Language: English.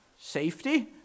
safety